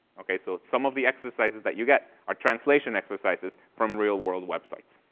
okay? so some of the exercises that you get are translation exercises from real world websites.